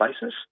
basis